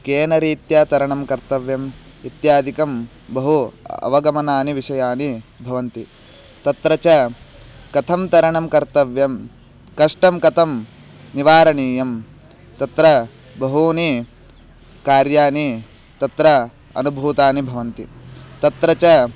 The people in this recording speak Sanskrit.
केन रीत्या तरणं कर्तव्यम् इत्यादिकं बहु अवगमनानि विषयानि भवन्ति तत्र च कथं तरणं कर्तव्यं कष्टं कथं निवारणीयं तत्र बहूनि कार्यानि तत्र अनुभूतानि भवन्ति तत्र च